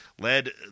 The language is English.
led